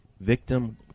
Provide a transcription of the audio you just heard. victim